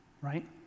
Right